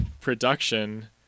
production